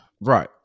Right